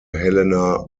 helena